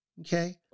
Okay